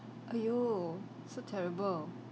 !aiyo! so terrible